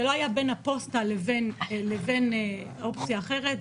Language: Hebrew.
זה לא היה בין הפוסטה לבין אופציה אחרת,